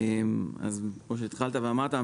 כמו שהתחלת ואמרת,